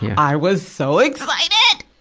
i was so excited!